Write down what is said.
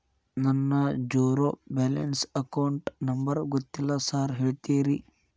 ನನ್ನ zero balance account number ಗೊತ್ತಿಲ್ಲ sir ಹೇಳ್ತೇರಿ?